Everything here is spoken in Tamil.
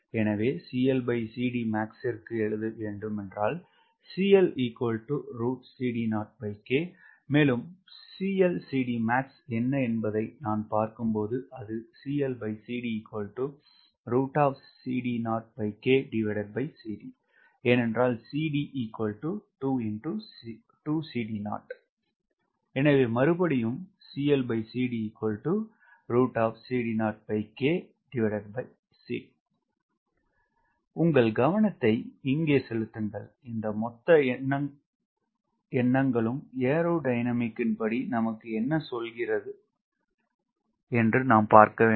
எனவே கிற்கு மேலும் என்ன என்பதை நான் பார்க்கும் போது அது ஏனென்றால் ஆகவே உங்கள் கவனத்தை இங்கே செலுத்துங்கள் இந்த மொத்த எண்ணங்களும் ஏரோடையனாமிக்ன் படி நமக்கு என்ன சொல்கிறது என்று நாம் பார்க்க வேண்டும்